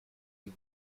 die